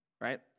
right